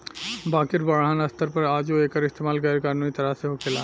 बाकिर बड़हन स्तर पर आजो एकर इस्तमाल गैर कानूनी तरह से होखेला